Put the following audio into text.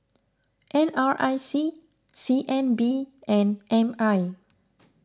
N R I C C N B and M I